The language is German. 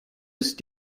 ist